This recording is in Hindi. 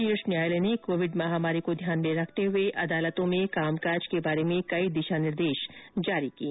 शीर्ष न्यायालय ने कोविड महामारी को ध्यान में रखते हुए अदालतों में कामकाज के बारे में कई दिशा निर्देश जारी किए हैं